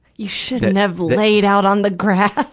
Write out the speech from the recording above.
you shouldn't've laid out on the grass!